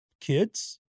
kids